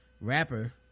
rapper